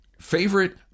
favorite